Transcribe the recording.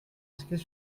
inscrits